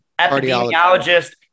epidemiologist